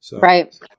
Right